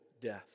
death